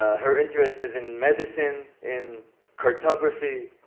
ah her interest is in medicine in cartography,